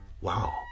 Wow